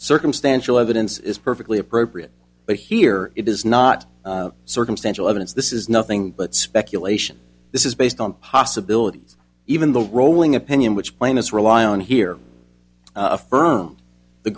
circumstantial evidence is perfectly appropriate but here it is not circumstantial evidence this is nothing but speculation this is based on possibilities even the rolling opinion which plainness rely on here affirm the